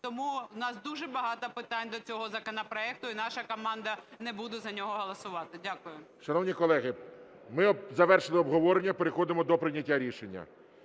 Тому в нас дуже багато питань до цього законопроекту, і наша команда не буде за нього голосувати. Дякую. ГОЛОВУЮЧИЙ. Шановні колеги, ми завершили обговорення, переходимо до прийняття рішення.